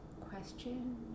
question